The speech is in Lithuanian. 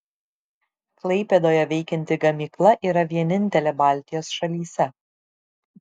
klaipėdoje veikianti gamykla yra vienintelė baltijos šalyse